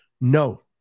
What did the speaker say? No